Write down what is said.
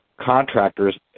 contractors